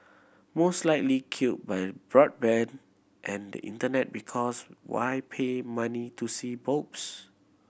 most likely killed by broadband and the Internet because why pay money to see boobs